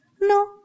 No